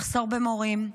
מחסור במורים,